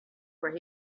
where